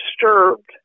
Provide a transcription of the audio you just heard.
disturbed